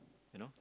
you know